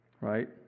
Right